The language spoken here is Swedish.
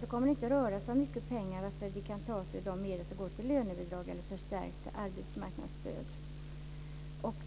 Det kommer inte att röra sig om så mycket pengar. De kan tas ur de medel som går till lönebidragen och ett förstärkt arbetsmarknadsstöd.